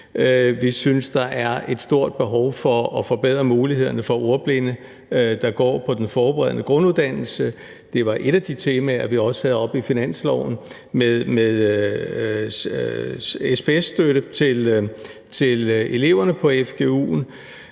Vi synes, der er et stort behov for at forbedre mulighederne for ordblinde, der går på den forberedende grunduddannelse. Det var et af de temaer, vi også havde oppe i finanslovsforhandlingerne, i forbindelse med SBS-støtte til eleverne på fgu'en.